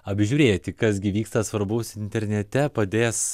apžiūrėti kas gi vyksta svarbus internete padės